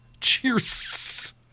Cheers